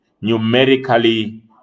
numerically